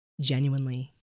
genuinely